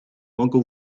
mogą